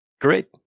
great